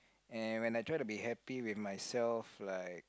and when I try to be happy with myself like